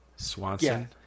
Swanson